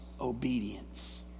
obedience